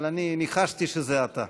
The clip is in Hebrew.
אבל ניחשתי שזה אתה.